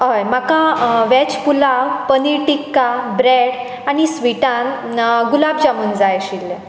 हय म्हाका वॅज पुलाव पनीर टिक्का ब्रॅड आनी स्विटांत गुलाब जामून जाय आशिल्ले